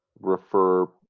refer